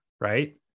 right